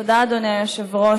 תודה, אדוני היושב-ראש.